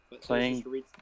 Playing